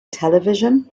television